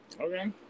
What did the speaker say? Okay